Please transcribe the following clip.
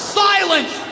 silence